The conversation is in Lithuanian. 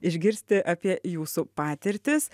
išgirsti apie jūsų patirtis